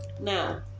now